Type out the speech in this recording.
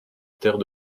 terre